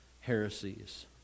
heresies